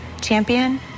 Champion